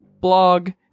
blog